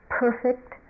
perfect